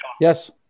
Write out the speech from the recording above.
Yes